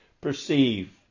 perceive